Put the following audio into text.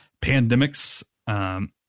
Pandemics